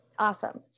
Awesome